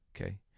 Okay